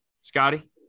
Scotty